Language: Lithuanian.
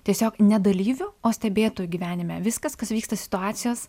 tiesiog ne dalyviu o stebėtoju gyvenime viskas kas vyksta situacijos